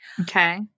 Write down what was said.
Okay